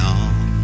on